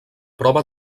prova